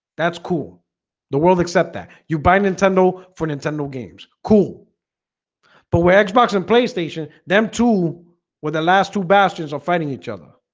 that's cool the world except that you by nintendo for nintendo games cool but where xbox and playstation them two were the last two bastions are fighting each other,